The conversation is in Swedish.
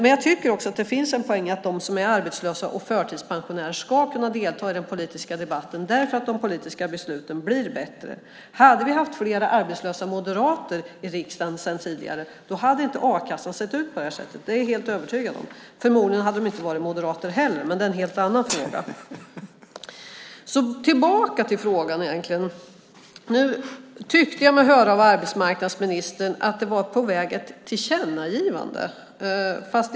Det finns en poäng i att de som är arbetslösa och förtidspensionärer ska kunna delta i den politiska debatten därför att de politiska besluten blir bättre. Om det hade funnits fler arbetslösa moderater i riksdagen hade inte a-kassan sett ut så. Det är jag helt övertygad om. Förmodligen hade de inte varit moderater heller - men det är en helt annan fråga. Tillbaka till frågan. Jag tyckte mig höra av arbetsmarknadsministern att ett tillkännagivande är på väg.